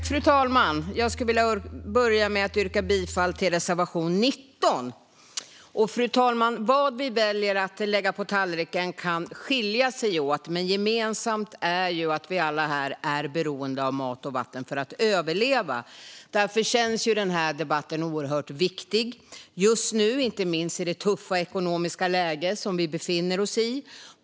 Fru talman! Jag vill börja med att yrka bifall till reservation 19. Vad vi väljer att lägga på tallriken kan skilja sig åt, men gemensamt för oss alla är att vi är beroende av mat och vatten för att överleva. Därför känns denna debatt oerhört viktig just nu, inte minst i det tuffa ekonomiska läge som vi befinner oss i.